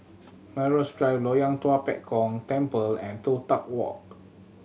Melrose Drive Loyang Tua Pek Kong Temple and Toh Tuck Walk